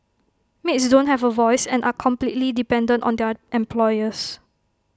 maids don't have A voice and are completely dependent on their employers